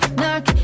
knock